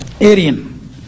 Aryan